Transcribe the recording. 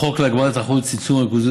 החוק להגברת התחרות ולצמצום הריכוזיות